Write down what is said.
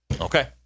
Okay